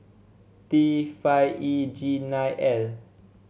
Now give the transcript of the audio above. T five E G nine L